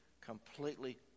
completely